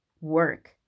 work